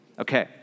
Okay